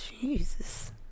Jesus